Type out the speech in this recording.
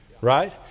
Right